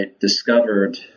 discovered